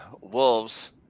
Wolves